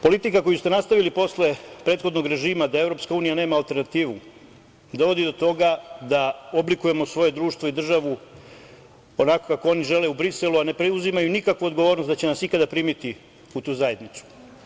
Politika koju ste nastavili posle prethodnog režima da EU nema alternativu, dovodi do toga da oblikujemo svoje društvo i državu onako kako oni žele u Briselu, a ne preuzimaju nikakvu odgovornost da će nas ikada primiti u tu zajednicu.